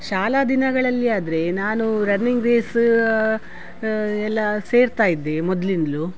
ಶಾಲಾ ದಿನಗಳಲ್ಲಿ ಆದರೆ ನಾನು ರನ್ನಿಂಗ್ ರೇಸು ಎಲ್ಲ ಸೇರ್ತಾ ಇದ್ದೆ ಮೊದಲಿಂದ್ಲೂ